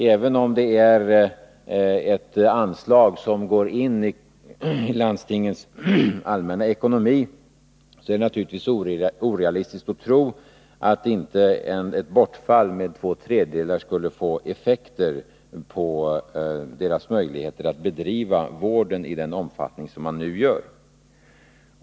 Även om det är ett anslag som går in i landstingens allmänna ekonomi är det naturligtvis orealistiskt att tro att inte ett bortfall med två tredjedelar skulle få effekter på deras möjligheter att bedriva vården i den omfattning som man nu gör.